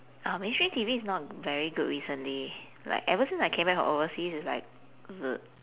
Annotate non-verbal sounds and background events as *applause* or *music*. our mainstream T_V is not very good recently like ever since I came back from overseas it's like *noise*